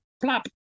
plop